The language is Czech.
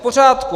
V pořádku.